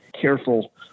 careful